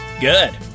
Good